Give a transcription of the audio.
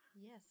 yes